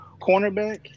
cornerback